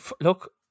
Look